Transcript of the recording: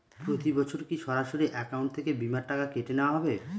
প্রতি বছর কি সরাসরি অ্যাকাউন্ট থেকে বীমার টাকা কেটে নেওয়া হবে?